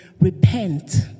repent